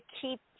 keep